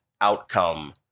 outcome